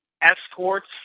escorts